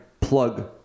plug